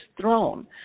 throne